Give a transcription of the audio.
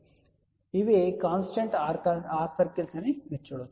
కాబట్టి ఇవి constant R circles అని మీరు చూడవచ్చు